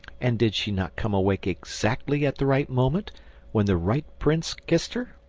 and did she not come awake exactly at the right moment when the right prince kissed her?